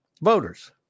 voters